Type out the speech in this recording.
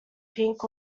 pink